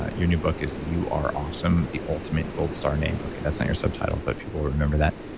your new book is you are awesome. the ultimate gold star name. okay. that's not your subtitle but people remember that